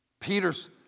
Peter's